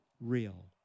real